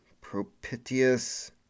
propitious